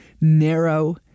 narrow